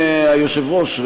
היושב-ראש,